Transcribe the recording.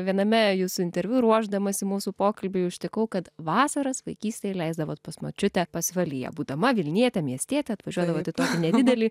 viename jūsų interviu ruošdamasi mūsų pokalbiui užtikau kad vasaras vaikystėj leisdavot pas močiutę pasvalyje būdama vilnietė miestietė atvažiuodavot į tokį nedidelį